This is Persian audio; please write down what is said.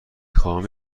خواهم